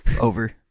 Over